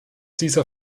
dieser